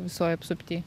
visoj apsupty